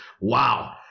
wow